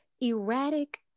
erratic